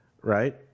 right